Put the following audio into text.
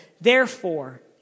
Therefore